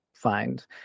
find